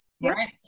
right